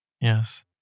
Yes